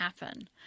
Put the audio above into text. happen